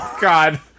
God